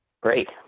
Great